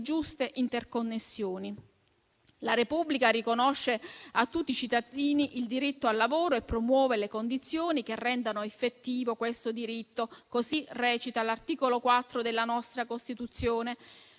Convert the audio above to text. giuste interconnessioni. «La Repubblica riconosce a tutti i cittadini il diritto al lavoro e promuove le condizioni che rendano effettivo questo diritto»: così recita l'articolo 4 della nostra Costituzione.